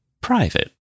private